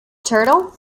turtle